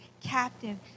captive